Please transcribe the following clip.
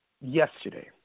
yesterday